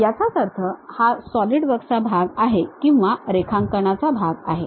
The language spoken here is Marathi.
याचाच अर्थ हा सॉलिडवर्क्सचा भाग आहे किंवा रेखांकनाचा भाग आहे